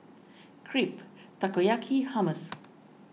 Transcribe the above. Crepe Takoyaki Hummus